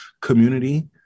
community